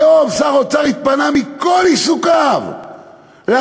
היום שר האוצר התפנה מכל עיסוקיו לעצור